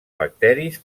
bacteris